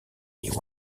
les